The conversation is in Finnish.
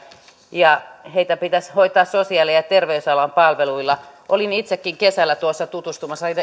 ja heitä pitäisi hoitaa sosiaali ja terveysalan palveluilla olin itsekin kesällä tutustumassa